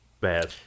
bad